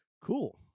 cool